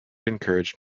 encouraged